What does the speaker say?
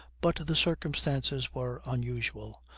but the circumstances were unusual.